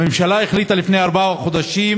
הממשלה החליטה לפני ארבעה חודשים